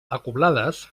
acoblades